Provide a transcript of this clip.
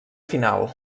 final